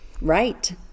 Right